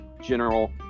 general